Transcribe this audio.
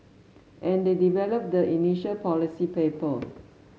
and they develop the initial policy paper